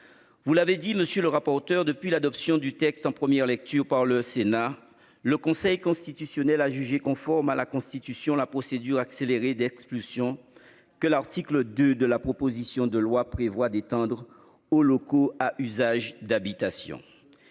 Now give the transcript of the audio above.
Vous l'avez dit monsieur le rapporteur. Depuis l'adoption du texte en première lecture par le Sénat. Le Conseil constitutionnel a jugé conforme à la Constitution la procédure accélérée d'expulsion que l'article 2 de la proposition de loi prévoit d'étendre aux locaux à usage d'habitation.